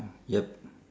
yup